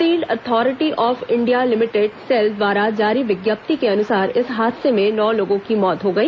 steel authority of India limited SAIL द्वारा जारी विज्ञप्ति के अनुसार इस हादसे में नौ लोगों की मौत हो गई